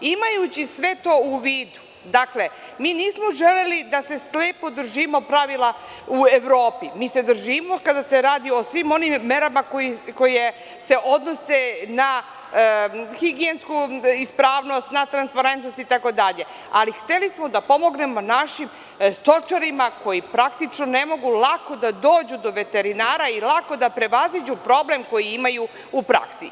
Imajući sve to u vidu, mi nismo želeli da se slepo držimo pravila u Evropi, mi se držimo kada se radi o svim onim merama koje se odnose na higijensku ispravnost, na transparentnost itd. ali hteli smo da pomognemo našim stočarima koji praktično ne mogu lako da dođu do veterinara i lako da prevaziđu problem koji imaju u praksi.